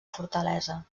fortalesa